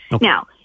Now